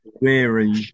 weary